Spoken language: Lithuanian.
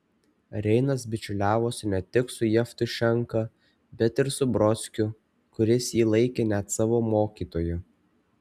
reinas bičiuliavosi ne tik su jevtušenka bet ir su brodskiu kuris jį laikė net savo mokytoju